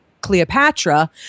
Cleopatra